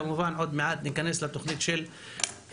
כמובן שעוד מעט ניכנס לתוכנית של הנגב.